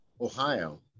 Ohio